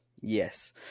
yes